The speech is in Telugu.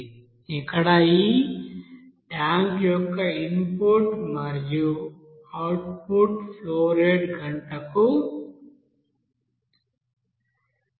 ఇక్కడ ఈ ట్యాంక్ యొక్క ఇన్పుట్ మరియు అవుట్పుట్ ఫ్లో రేటు గంటకు 40000 లీటర్